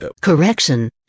Correction